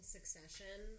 Succession